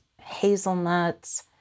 hazelnuts